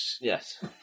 Yes